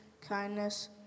kindness